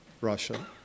Russia